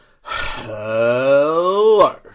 hello